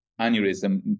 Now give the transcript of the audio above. aneurysm